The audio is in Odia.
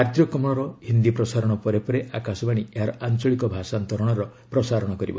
କାର୍ଯ୍ୟକ୍ରମର ହିନ୍ଦୀ ପ୍ରସାରଣ ପରେ ପରେ ଆକାଶବାଣୀ ଏହାର ଆଞ୍ଚଳିକ ଭାଷାନ୍ତରଣର ପ୍ରସାରଣ କରିବ